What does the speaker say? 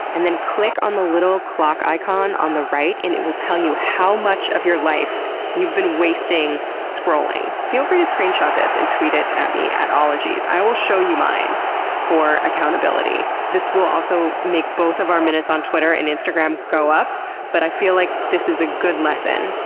and then click on the little clock icon on the right and it will tell you how much of your life you been wasting scrolling. feel free to screenshot this and tweet it at me at ologies. i will show you mine for accountability. this will also make both of our minutes on twitter and instagram go up but i feel like this is a good lesson.